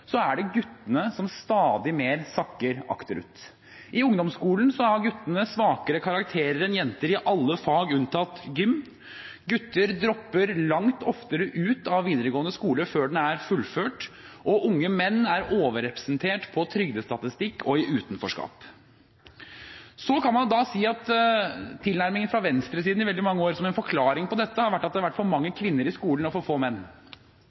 ungdomsskolen har guttene svakere karakterer enn jenter i alle fag unntatt gym. Gutter dropper langt oftere ut av videregående skole før den er fullført, og unge menn er overrepresentert på trygdestatistikk og i utenforskap. Så kan man si at tilnærmingen fra venstresiden i veldig mange år – som en forklaring på dette – har vært at det har vært for mange kvinner i skolen og for få menn.